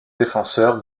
défenseur